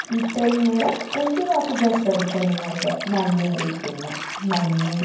ഇത്രയും നേരം എന്റെ വാക്കുകള് ശ്രവിച്ച നിങ്ങള്ക്ക് നന്ദി അറിയിക്കുന്നു നന്ദി